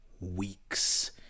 weeks